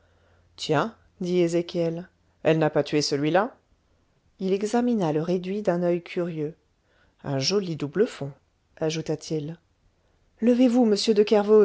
tiens dit ezéchiel elle n'a pas tué celui-là il examina le réduit d'un oeil curieux un joli double fond ajouta-t-il levez-vous monsieur